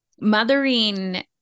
mothering